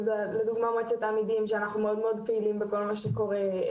לדוגמה מועצת תלמידים שאנחנו מאוד מאוד פעילים בכל מה שקורה.